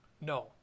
No